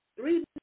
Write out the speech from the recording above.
Three